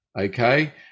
okay